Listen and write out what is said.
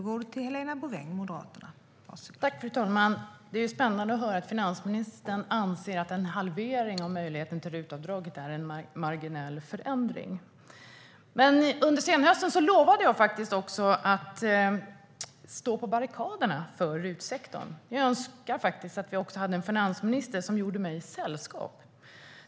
Fru talman! Det är spännande att höra att finansministern anser att en halvering av möjligheten till RUT-avdrag är en marginell förändring. Under senhösten lovade jag att stå på barrikaderna för RUT-sektorn. Jag önskar att finansministern skulle göra mig sällskap.